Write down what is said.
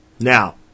Now